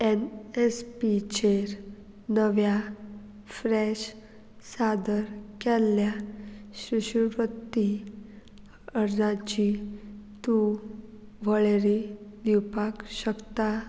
N S P चेर नव्या fresh सादर केल्ल्या शिश्यवृत्ती अर्जांची तूं वळेरी दिवपाक शकता